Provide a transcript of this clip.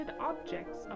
objects